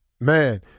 Man